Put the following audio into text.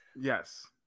Yes